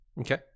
Okay